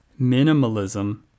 minimalism